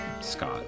Scott